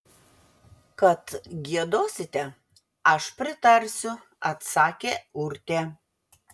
kad giedosite aš pritarsiu atsakė urtė